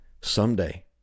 someday